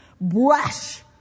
Brush